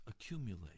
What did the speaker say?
accumulate